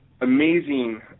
amazing